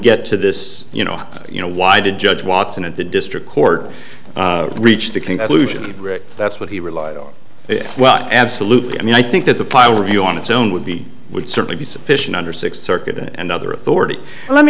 get to this you know you know why did judge watson and the district court reach the conclusion that's what he relied on it well absolutely i mean i think that the final review on its own would be would certainly be sufficient under six circuit and other authority let me